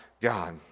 God